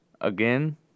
again